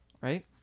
right